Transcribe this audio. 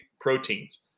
proteins